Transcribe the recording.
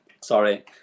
Sorry